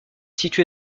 situé